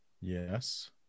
Yes